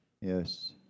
yes